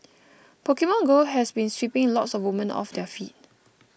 Pokemon Go has been sweeping lots of women off their feet